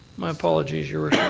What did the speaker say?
my apologies, your